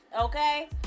Okay